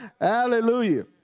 Hallelujah